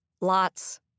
lots